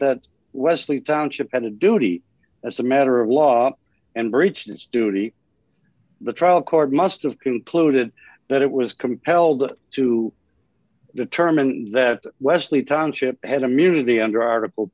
that wesley township had a duty as a matter of law and breached its duty the trial court must of concluded that it was compelled to determine that wesley township had immunity under article